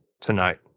tonight